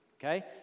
okay